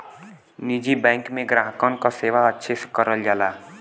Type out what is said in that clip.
निजी बैंक में ग्राहकन क सेवा अच्छे से करल जाला